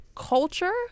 culture